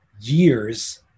years